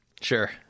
Sure